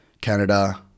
canada